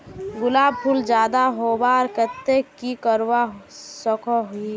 गुलाब फूल ज्यादा होबार केते की करवा सकोहो ही?